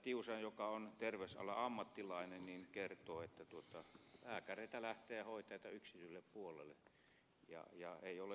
tiusanen joka on terveysalan ammattilainen kertoo että lääkäreitä ja hoitajia lähtee yksityiselle puolelle ja ei ole sitten siellä